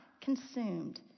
consumed